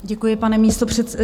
Děkuji, pane místopředsedo.